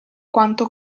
quanto